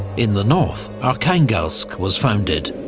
in the north, archangelsk was founded,